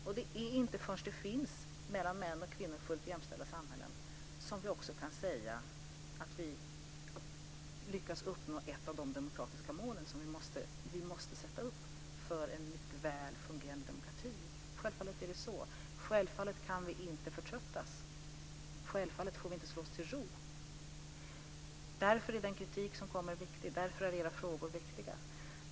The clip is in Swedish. Och det är inte förrän det finns samhällen som är fullt jämställda mellan män och kvinnor som vi också kan säga att vi lyckats uppnå ett av de demokratiska mål som vi måste sätta upp för en väl fungerande demokrati. Självfallet är det så. Självfallet kan vi inte förtröttas. Självfallet får vi inte slå oss till ro. Därför är den kritik som kommer viktig, och därför är era frågor viktiga.